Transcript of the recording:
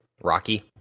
Rocky